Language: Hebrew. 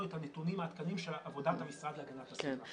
את הנתונים העדכניים של עבודת המשרד להגנת הסביבה.